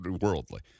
worldly